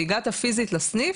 או שהגעת פיזית לסניף,